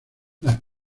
las